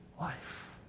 life